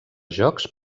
jocs